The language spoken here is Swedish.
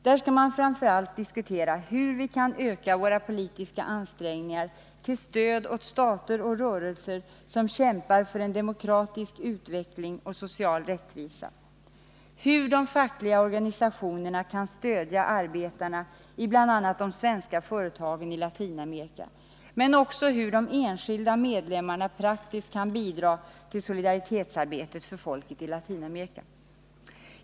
Där skall man framför allt diskutera hur vi kan öka våra politiska ansträngningar till stöd åt stater och rörelser som kämpar för en demokratisk utveckling och social rättvisa, hur de fackliga organisationerna kan stödja arbetarna i bl.a. de svenska företagen i Latinamerika, men också hur de enskilda medlemmarna praktiskt kan bidra till solidaritetsarbetet för folket i Latinamerika.